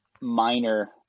minor